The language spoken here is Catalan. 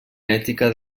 ètica